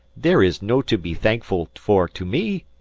there is no to be thankful for to me!